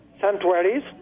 sanctuaries